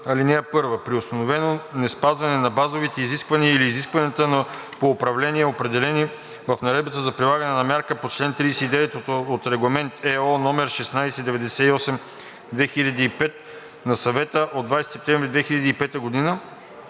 10б. (1) При установено неспазване на базовите изисквания или на изискванията по управление, определени в Наредбата за прилагане на мярка по чл. 39 от Регламент (ЕО) № 1698/2005 на Съвета от 20 септември 2005 г.